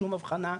שום הבחנה,